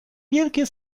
wielkie